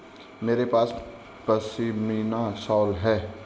मेरे पास पशमीना शॉल है